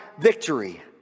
victory